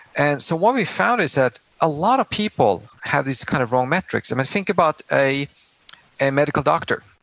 and so what we've found is that a lot of people have these kind of wrong metrics and and think about a a medical doctor.